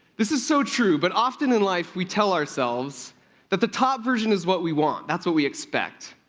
this is so true, but often in life we tell ourselves that the top version is what we want that's what we expect.